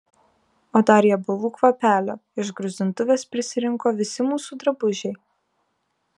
o dar riebalų kvapelio iš gruzdintuvės prisirinko visi mūsų drabužiai